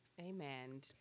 Amen